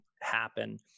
happen